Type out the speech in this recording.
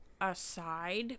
aside